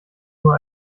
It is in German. nur